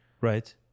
Right